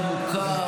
עמוקה,